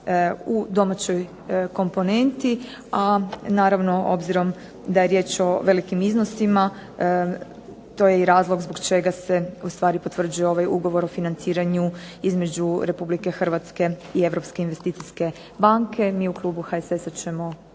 u domaćoj komponenti, a naravno obzirom da je riječ o velikim iznosima to je i razlog zbog čega se u stvari potvrđuje ovaj Ugovor o financiranju između Republike Hrvatske i Europske investicijske banke. Mi u klubu HSS-a ćemo